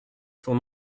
ton